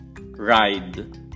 ride